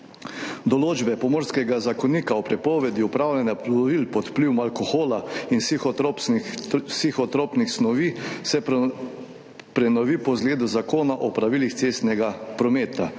Določbe Pomorskega zakonika o prepovedi upravljanja plovil pod vplivom alkohola in psihotropnih snovi se prenovijo po zgledu Zakona o pravilih cestnega prometa.